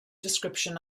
description